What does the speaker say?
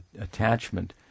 attachment